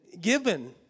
given